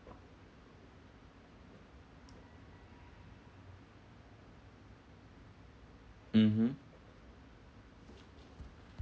mmhmm